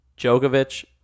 Djokovic